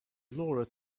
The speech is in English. laura